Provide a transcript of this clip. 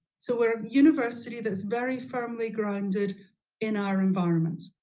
so we're a university that's very firmly grounded in our environment.